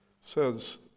says